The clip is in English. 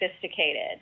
sophisticated